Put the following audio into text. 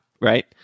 Right